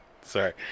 Sorry